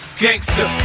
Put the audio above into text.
gangster